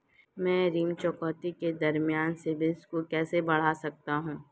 मैं ऋण चुकौती के दौरान सिबिल स्कोर कैसे बढ़ा सकता हूं?